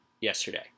yesterday